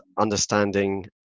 understanding